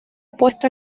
puesto